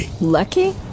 Lucky